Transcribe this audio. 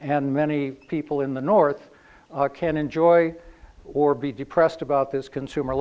and many people in the north can enjoy or be depressed about this consumer